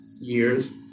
years